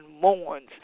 mourns